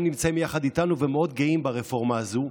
הם נמצאים יחד איתנו ומאוד גאים ברפורמה הזו,